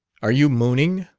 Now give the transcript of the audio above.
are you mooning?